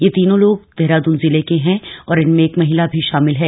यह तीनों लोग देहरादून जिले के हैं और इनमें एक महिला भी शामिल हैं